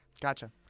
Gotcha